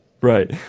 Right